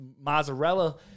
mozzarella